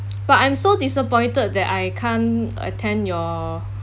but I'm so disappointed that I can't attend your